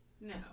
No